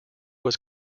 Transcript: was